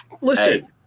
Listen